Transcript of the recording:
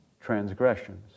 transgressions